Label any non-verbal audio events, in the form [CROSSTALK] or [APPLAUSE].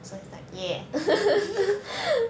[LAUGHS]